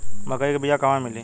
मक्कई के बिया क़हवा मिली?